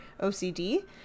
OCD